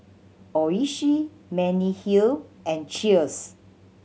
Oishi Mediheal and Cheers